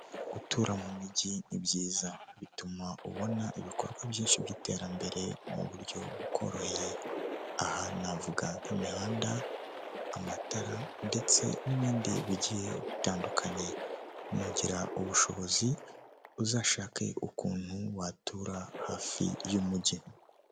Gutura mu mujyi nibyiza, bituma ubona ibikorwa byinshi by'iterambere mu buryo bukoroheye. Aha navuga nk'imihanda, amatara ndetse n'ibindi bigiye bitandukanye. Nugira ubushobozi uzashake ukuntu watura hafi y'umujyi.